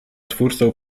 twórcą